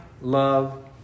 love